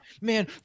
man